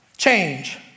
change